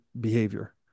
behavior